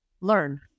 learn